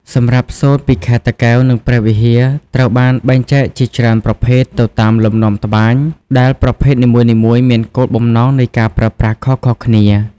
សម្រាប់សូត្រពីខេត្តតាកែវ និងព្រះវិហារ ត្រូវបានបែងចែកជាច្រើនប្រភេទទៅតាមលំនាំត្បាញ ដែលប្រភេទនីមួយៗមានគោលបំណងនៃការប្រើប្រាស់ខុសៗគ្នា។